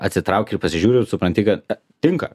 atsitrauki ir pasižiūri ir supranti kad tinka